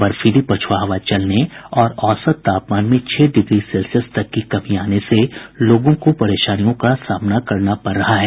बर्फीली पछुआ हवा चलने और औसत तापमान में छह डिग्री सेल्सियस तक की कमी आने से लोगों को परेशानियों का सामना करना पड़ रहा है